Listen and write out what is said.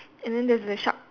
and then there's the shark